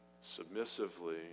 submissively